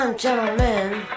gentlemen